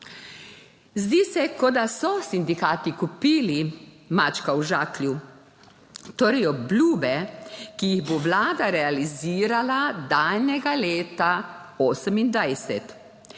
Zdi se, kot da so sindikati kupili mačka v žaklju, torej obljube, ki jih bo Vlada realizirala daljnega leta 2028.